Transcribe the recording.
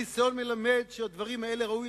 "מצווה על כל איש בישראל ושבעתיים ראשי